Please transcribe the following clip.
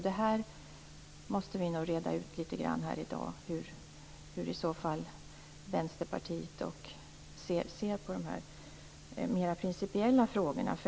Då måste vi nog här i dag reda ut hur Vänsterpartiet i så fall ser på de här mera principiella frågorna.